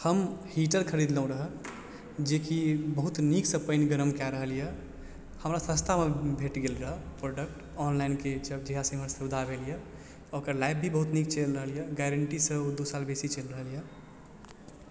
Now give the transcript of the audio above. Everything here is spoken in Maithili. हम हीटर खरिदलहुॅं रहऽ जेकि बहुत नीकसँ पानि गरम कय रहल यऽ हमरा सस्तामे भेट गेल रहऽ प्रोडक्ट ऑनलाइन के जहियासँ इम्हर सुबिधा भेलहँ ओकर लाइफ भी बहुत नीक चलि रहल यऽ गारन्टी सेहो दू साल बेसी चलि रहल यऽ